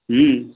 হুম